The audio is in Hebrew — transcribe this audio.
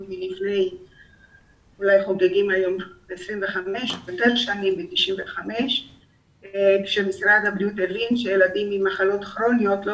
לפני 25 שנים כשמשרד הבריאות הבין שילדים עם מחלות כרוניות לא